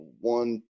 one